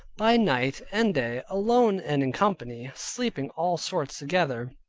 by night and day, alone and in company, sleeping all sorts together,